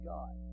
God